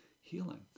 healing